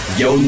yo